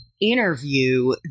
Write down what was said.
interview